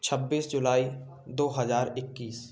छब्बीस जुलाई दो हजार इक्कीस